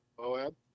Moab